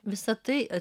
visa tai